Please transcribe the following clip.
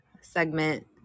segment